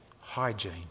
hygiene